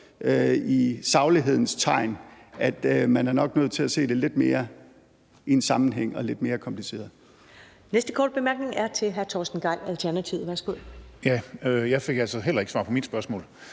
i saglighedens navn, at man nok er nødt til at se det lidt i en sammenhæng, og at det er lidt mere kompliceret.